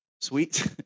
Sweet